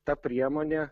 ta priemonė